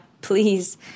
please